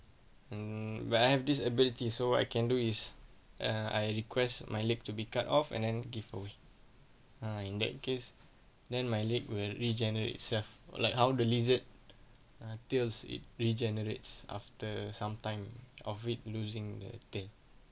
hmm where I have this ability so I can do is err I request my leg to be cut off and then give away err in that case then my leg will regenerate itself like how the lizard uh tails it regenerates after some time of it losing the thing